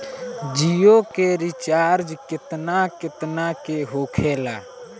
जियो के रिचार्ज केतना केतना के होखे ला?